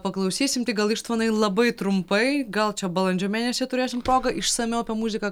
paklausysim tik gal ištvanai labai trumpai gal čia balandžio mėnesį turėsim progą išsamiau apie muziką